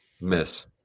miss